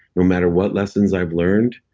no matter what lessons i've learned,